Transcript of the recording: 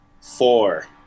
Four